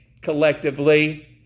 collectively